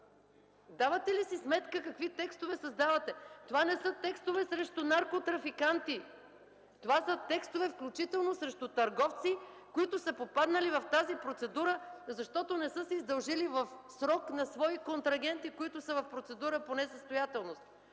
Давате ли си сметка какви текстове създавате? Това не са текстове срещу наркотрафиканти, това са текстове включително срещу търговци, които са попаднали в тази процедура, защото не са се издължили в срок на свои контрагенти, които са в процедура по несъстоятелност.